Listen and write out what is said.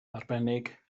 arbennig